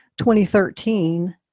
2013